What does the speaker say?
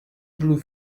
blue